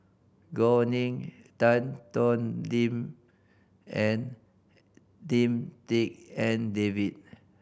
Gao Ning Tan Thoon Lim and Lim Tik En David